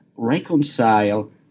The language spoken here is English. reconcile